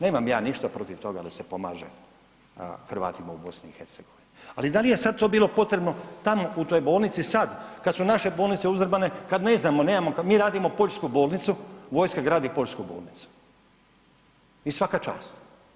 Nemam ja ništa protiv toga da se pomaže Hrvatima u BiH, ali da li je sada to bilo potrebno tamo u toj bolnici sad kada su naše bolnice uzdrmane kad ne znamo, mi radimo poljsku bolnicu, vojska gradi poljsku bolnicu i svaka čast.